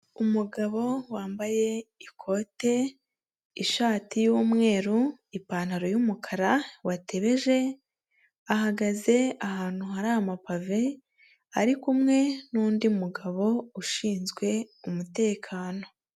Umugabo wambaye ikote, ishati y'umweru, ipantaro y'umukara watebeje ahagaze ahantu hari amapave ari kumwe n'undi mugabo ushinzwe umutekano.